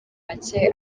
make